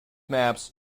maps